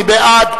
מי בעד?